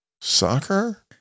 soccer